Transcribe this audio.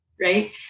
Right